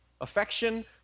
affection